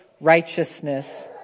righteousness